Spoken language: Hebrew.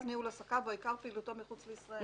ניהול עסקיו או עיקר פעילותו מחוץ לישראל.